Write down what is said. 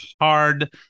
hard